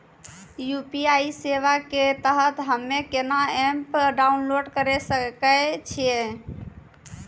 UPI सेवा के तहत हम्मे केना एप्प डाउनलोड करे सकय छियै?